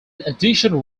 addition